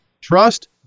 trust